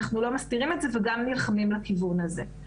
אנחנו לא מסתירים את זה וגם נלחמים בכיוון הזה.